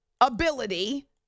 ability